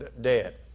dead